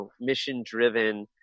mission-driven